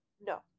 No